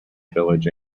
village